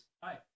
Hi